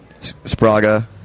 Spraga